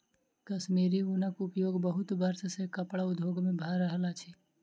कश्मीरी ऊनक उपयोग बहुत वर्ष सॅ कपड़ा उद्योग में भ रहल अछि